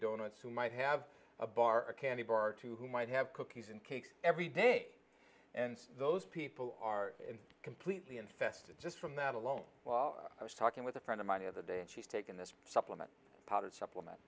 donuts who might have a bar a candy bar or two who might have cookies and cakes every day and those people are completely infested just from that alone while i was talking with a friend of mine the other day and she's taking this supplement part of supplement